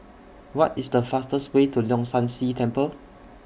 What IS The fastest Way to Leong San See Temple